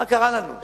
מה קרה לנו?